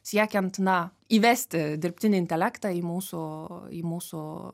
siekiant na įvesti dirbtinį intelektą į mūsų į mūsų